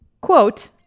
Quote